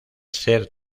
ser